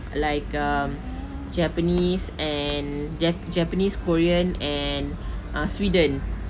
like um japanese and jap~ japanese korean and uh sweden